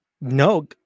No